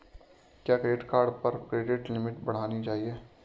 क्या credit card पर credit limit बढ़ानी चाहिए?